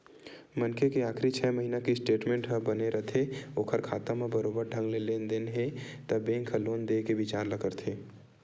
मनखे के आखरी छै महिना के स्टेटमेंट ह बने रथे ओखर खाता म बरोबर ढंग ले लेन देन हे त बेंक ह लोन देय के बिचार ल करथे